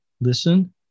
Listen